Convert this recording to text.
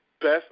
best